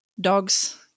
Dogs